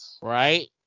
Right